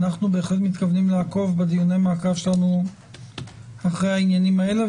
אנחנו בהחלט מתכוונים לעקוב בדיוני המעקב שלנו אחרי העניינים האלה,